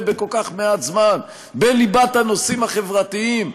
בכל כך מעט זמן בליבת הנושאים החברתיים?